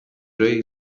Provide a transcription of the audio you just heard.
rey